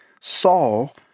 Saul